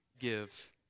give